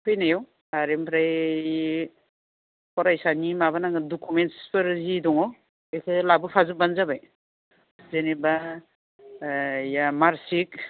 फैनायाव आरो ओमफ्राय फरायसानि माबा नांगोन डुकमेन्सफोर जि दङ बेखौ लाबोफाजोबबानो जाबाय जेनेबा या मार्कसिट